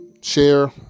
share